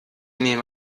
nehme